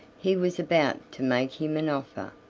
he was about to make him an offer.